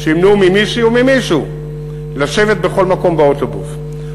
שימנעו ממישהי או ממישהו לשבת בכל מקום באוטובוס.